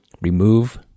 remove